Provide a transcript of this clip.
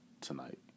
tonight